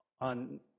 on